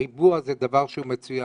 הריבוע זה דבר שהוא מצוין,